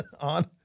On